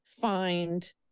find